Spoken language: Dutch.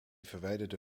verwijderde